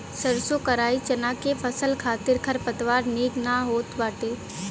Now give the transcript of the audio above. सरसों कराई चना के फसल खातिर खरपतवार निक ना होत बाटे